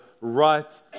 right